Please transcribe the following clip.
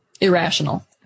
irrational